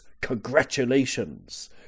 Congratulations